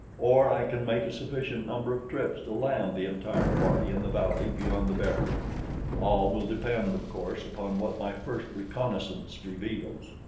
or i can make a sufficient number of trips to land the entire party in the valley beyond the barrier all will depend, of course, upon what my first reconnaissance reveals.